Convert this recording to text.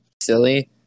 silly